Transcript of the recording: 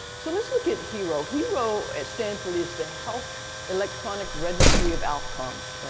so let's look at hero. hero at stanford is the health electronic registry of outcomes.